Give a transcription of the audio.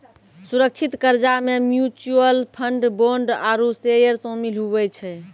सुरक्षित कर्जा मे म्यूच्यूअल फंड, बोंड आरू सेयर सामिल हुवै छै